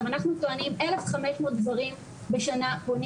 אנחנו טוענים שאלף חמש מאות גברים בשנה פונים